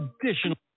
traditional